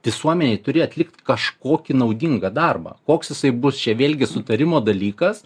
visuomenei turi atlikt kažkokį naudingą darbą koks jisai bus čia vėlgi sutarimo dalykas